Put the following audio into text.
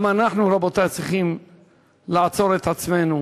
גם אנחנו, רבותי, צריכים לעצור את עצמנו